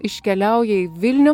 iškeliauja į vilnių